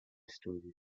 studios